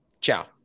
Ciao